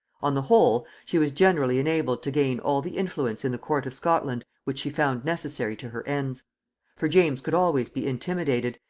on the whole, she was generally enabled to gain all the influence in the court of scotland which she found necessary to her ends for james could always be intimidated,